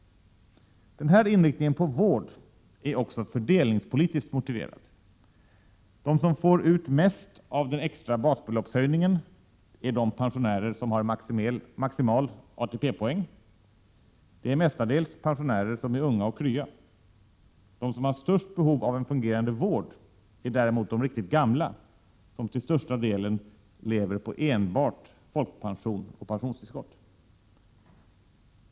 Den här inriktningen på vård är också fördelningspolitiskt motiverad. De som får ut mest av en extra basbeloppshöjning är de pensionärer som har maximal ATP-poäng. Det är mestadels pensionärer som är unga och krya. De som har största behovet av en fungerande vård är däremot de riktigt gamla, som till största delen lever på enbart folkpension och pensionstillskott.